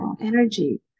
energy